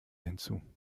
hinzu